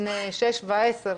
בני שש ועשר,